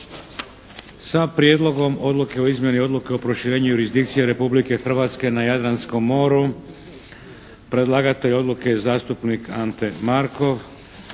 - Prijedlogom odluke o izmjeni Odluke o proširenju jurisdikcije Republike Hrvatske na Jadranskom moru, predlagatelj odluke je zastupnik Ante Markov,